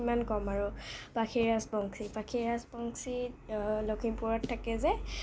কিমান ক'ম আৰু পাখি ৰাজবংশী পাখি ৰাজবংশী লখিমপুৰত থাকে যে